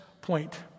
point